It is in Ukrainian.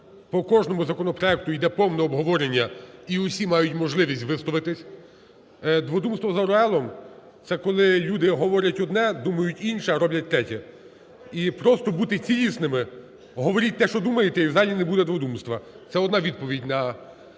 по кожному законопроекту йде повне обговорення і усі мають можливість висловитися. "Дводумство" за Орвеллом - це коли люди говорять одне, думають інше, а роблять третє. І просто будьте цілісними: говоріть те, що думаєте, і в залі не буде "дводумства". Це одна відповідь на